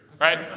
right